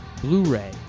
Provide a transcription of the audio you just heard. blu-ray